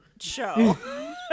show